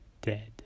dead